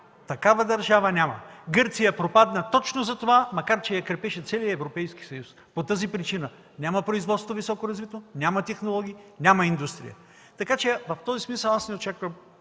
Такава държава няма! Гърция пропадна точно за това, макар че я крепеше целият Европейски съюз. По тази причина – няма високо развито производство, няма технологии, няма индустрия. В този смисъл аз не очаквам